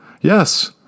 Yes